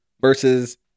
versus